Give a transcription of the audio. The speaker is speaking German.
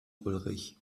ulrich